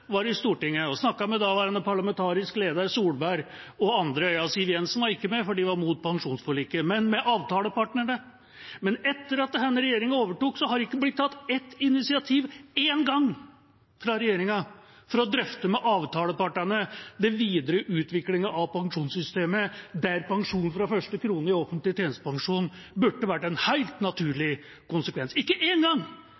i Stortinget og snakket med daværende parlamentarisk leder Solberg og andre av avtalepartnerne. Siv Jensen var ikke med, for de var imot pensjonsforliket. Men etter at denne regjeringa overtok, har det ikke blitt tatt ett initiativ – ikke én gang – fra regjeringa for å drøfte med avtalepartnerne den videre utviklingen av pensjonssystemet, der pensjon fra første krone i offentlig tjenestepensjon burde være en